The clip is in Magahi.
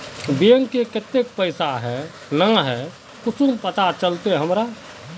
बैंक में केते पैसा है ना है कुंसम पता चलते हमरा?